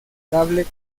cable